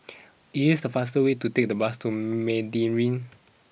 is it the faster way to take the bus to Meridian